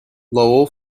lowell